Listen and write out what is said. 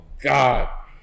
God